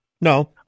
No